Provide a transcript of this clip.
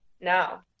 now